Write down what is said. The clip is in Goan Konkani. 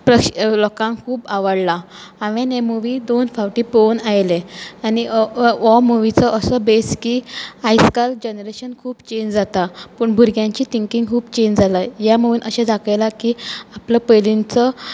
प्रश लोकांक खूब आवाडलां हांवें हे मुवी दोन फावटीं पळोवन आयलें आनी ओ ओ हो मुवीचो असो बेज की आयज काल जनरेशन खूब चेंज जाता पूण भुरग्यांची थिंकींक खूब चेंज जाला ह्या मुवीन अशें दाखयलां की आपलो पयलींनचो